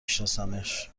شناسمش